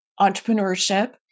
entrepreneurship